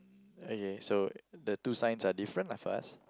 okay so the two signs are different lah first